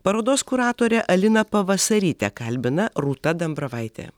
parodos kuratorę aliną pavasarytę kalbina rūta dambravaitė